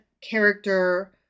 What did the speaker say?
character